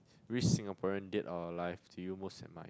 which Singaporean dead or alive do you most admire